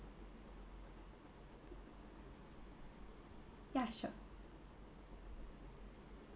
yeah sure